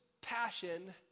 passion